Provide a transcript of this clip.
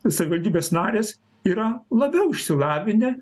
savivaldybės narės yra labiau išsilavinę